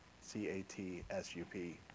C-A-T-S-U-P